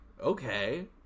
okay